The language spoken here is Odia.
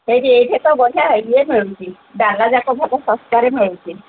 ସେଇଠି ଏଇଠି ତ ବଢ଼ିଆ ଇଏ ମିଳୁଛି ଡାଲା ଯାକ ଭଲ ଶସ୍ତାରେ ମିଳୁଛି